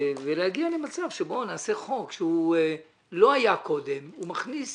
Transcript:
להגיע למצב שבו נעשה חוק שלא היה קודם ומכניס